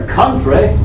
country